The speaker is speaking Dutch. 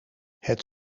het